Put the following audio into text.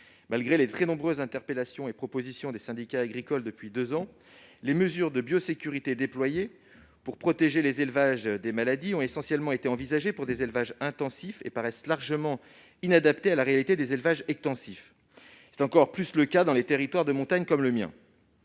Malgré les très nombreuses interpellations et propositions des syndicats agricoles depuis deux ans, les mesures de biosécurité déployées pour protéger les élevages des maladies ont essentiellement été envisagées pour des élevages intensifs et paraissent largement inadaptées à la réalité des élevages extensifs. C'est encore plus le cas dans les territoires de montagne comme le mien.